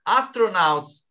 astronauts